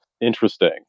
interesting